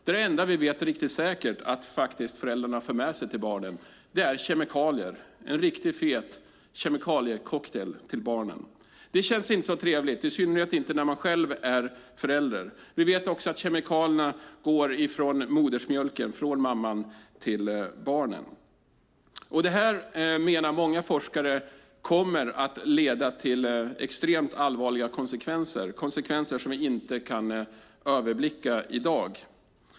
Det enda vi riktigt säkert vet att föräldrarna för med sig till barnen är kemikalier, en riktigt fet kemikaliecocktail till barnen. Det känns inte så trevligt, i synnerhet inte när man själv är förälder. Vi vet att kemikalierna går via modersmjölken från mamman till barnen. Det här menar många forskare kommer att få extremt allvarliga konsekvenser, konsekvenser som vi inte kan överblicka i dag.